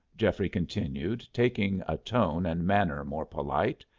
geoffrey continued, taking a tone and manner more polite.